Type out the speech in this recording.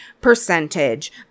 percentage